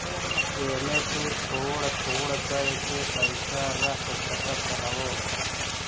एमे तु थोड़ थोड़ कर के पैसा रख सकत हवअ